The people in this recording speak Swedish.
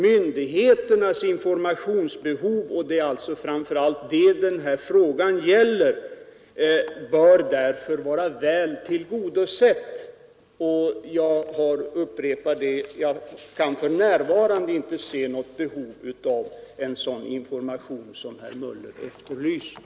Myndigheternas informationsbehov — och det är alltså framför allt det den här frågan gäller — bör därför vara väl tillgodosett. Jag kan för närvarande — jag upprepar det — inte se något behov av en sådan information som herr Möller efterlyser.